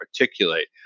articulate